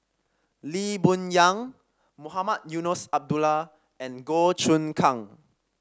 Lee Boon Yang Mohamed Eunos Abdullah and Goh Choon Kang